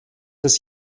des